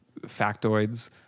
factoids